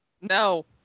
No